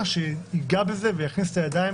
הגיעה העת,